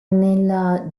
nella